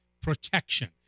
Protection